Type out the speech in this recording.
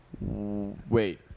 Wait